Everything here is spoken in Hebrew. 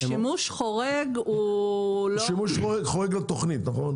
שימוש חורג לתוכנית, נכון?